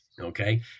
Okay